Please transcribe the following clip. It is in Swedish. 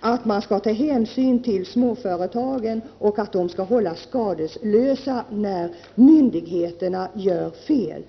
att hänsyn skall tas till småföretagen och att de skall hållas skadeslösa när myndigheterna gör fel.